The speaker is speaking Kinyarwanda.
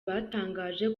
batangaje